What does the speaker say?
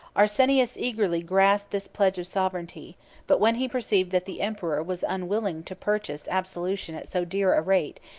arsenius eagerly grasped this pledge of sovereignty but when he perceived that the emperor was unwilling to purchase absolution at so dear a rate,